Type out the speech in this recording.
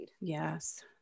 yes